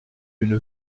une